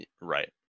Right